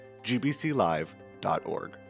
gbclive.org